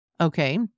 Okay